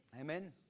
Amen